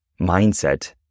mindset